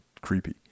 creepy